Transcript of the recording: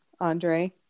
Andre